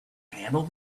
handle